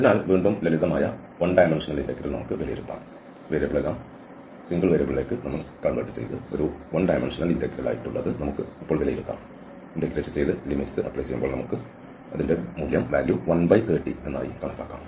അതിനാൽ വീണ്ടും ലളിതമായ 1 ഡൈമൻഷണൽ ഇന്റഗ്രൽ നമുക്ക് വിലയിരുത്താം മൂല്യം 130 ആയി കണക്കാക്കാം